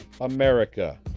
America